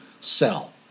sell